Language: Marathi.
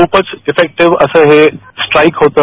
ख्रपच इफेक्टीव असं हे स्ट्राईक होतं